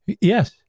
yes